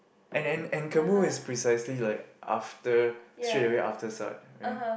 and and and Kamu is precisely like after straight away after Sat right